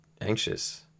anxious